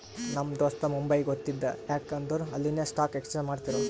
ನಮ್ ದೋಸ್ತ ಮುಂಬೈಗ್ ಹೊತ್ತಿದ ಯಾಕ್ ಅಂದುರ್ ಅಲ್ಲಿನೆ ಸ್ಟಾಕ್ ಎಕ್ಸ್ಚೇಂಜ್ ಮಾಡ್ತಿರು